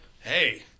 hey